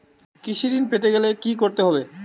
কৃষি ঋণ পেতে গেলে কি করতে হবে?